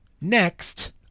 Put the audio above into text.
Next